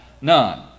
None